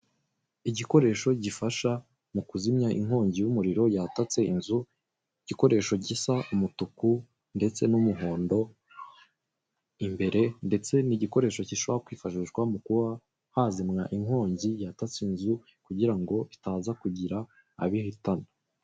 Igikoresho gifasha mu kuzimya inkongi y'umuriro yatatse inzu, igikoresho gisa umutuku ndetse n'umuhondo imbere ndetse ni igikoresho gishobora kwifashishwa mu kuba hazimwa inkongi yatatse inzu kugira ngo itaza kugira abo ihitana.